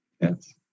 yes